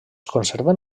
conserven